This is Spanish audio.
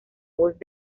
voz